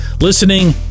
listening